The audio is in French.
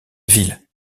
ville